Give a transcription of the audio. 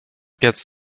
gets